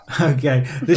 Okay